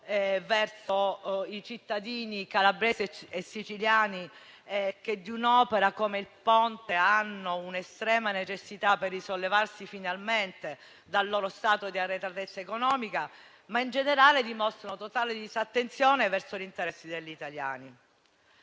verso i cittadini calabresi e siciliani, che di un'opera come il Ponte hanno un'estrema necessità per risollevarsi finalmente dal loro stato di arretratezza economica, ma in generale dimostrano totale disattenzione verso gli interessi degli italiani.